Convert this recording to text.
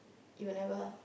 you'll never